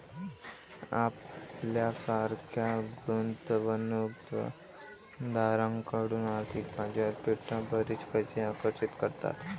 आपल्यासारख्या गुंतवणूक दारांकडून आर्थिक बाजारपेठा बरीच पैसे आकर्षित करतात